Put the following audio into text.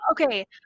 okay